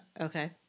Okay